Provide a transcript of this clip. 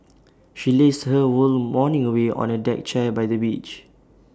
she lazed her whole morning away on A deck chair by the beach